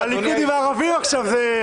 הליכוד עם הערבים עכשיו.